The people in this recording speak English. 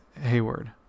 Hayward